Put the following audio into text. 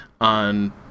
on